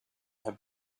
her